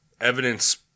evidence